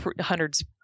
hundreds